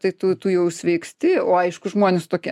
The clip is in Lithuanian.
tai tu tu jau sveiksti o aišku žmonės tokie